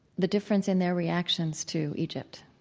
the difference in their reactions to egypt